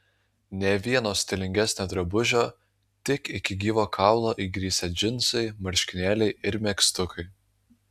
nė vieno stilingesnio drabužio tik iki gyvo kaulo įgrisę džinsai marškinėliai ir megztukai